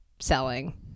Selling